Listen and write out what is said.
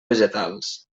vegetals